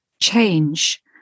change